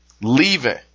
leaving